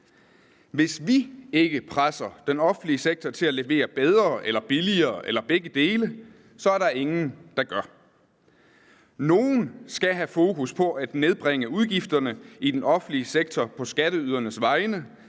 Hvis vi ikke presser den offentlige sektor til at levere bedre eller billigere eller begge dele, er der ingen, der gør det. Nogen skal på skatteydernes vegne have fokus på at nedbringe udgifterne i den offentlige sektor, for ellers er